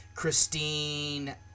christine